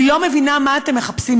אני לא מבינה מה אתם מחפשים.